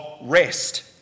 rest